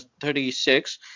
36